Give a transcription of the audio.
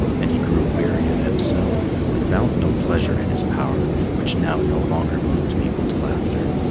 and he grew weary of himself and found no pleasure in his power, which now no longer moved people to laughter.